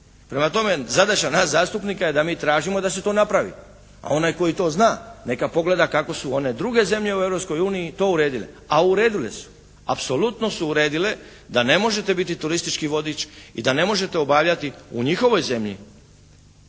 Prema tome zadaća nas zastupnika je da mi tražimo i da se to napravi. A onaj koji to zna neka pogleda kako su one druge zemlje u Europskoj uniji to uredile, a uredile su. Apsolutno su uredile da ne možete biti turistički vodič i da ne možete obavljati u njihovoj zemlji